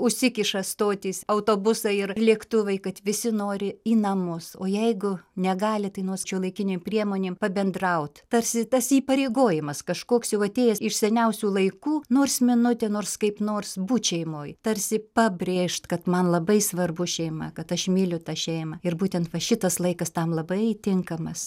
užsikiša stotys autobusai ir lėktuvai kad visi nori į namus o jeigu negali tai nors šiuolaikinėm priemonėm pabendraut tarsi tas įpareigojimas kažkoks jau atėjęs iš seniausių laikų nors minutę nors kaip nors būt šeimoj tarsi pabrėžt kad man labai svarbu šeima kad aš myliu tą šeimą ir būtent va šitas laikas tam labai tinkamas